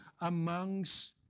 amongst